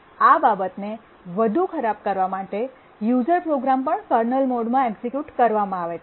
આ બાબતને વધુ ખરાબ કરવા માટે યૂઝર પ્રોગ્રામ પણ કર્નલ મોડમાં એક્સિક્યૂટ કરવામાં આવે છે